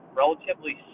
relatively